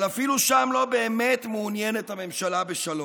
אבל אפילו שם לא באמת מעוניינת הממשלה בשלום.